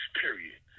period